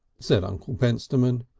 said uncle pentstemon.